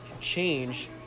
change